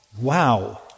Wow